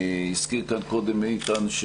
הזכיר כאן קודם איתן,